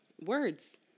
words